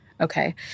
Okay